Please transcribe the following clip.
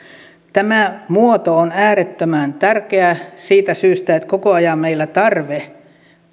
tämä muoto on äärettömän tärkeä siitä syystä että koko ajan meillä tarve